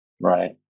Right